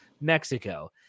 Mexico